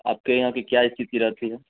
आपके यहाँ की क्या स्थिति रहती है